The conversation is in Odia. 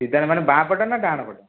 ସିଧାରେ ମାନେ ବାମ ପଟେ ନା ଡାହାଣ ପଟେ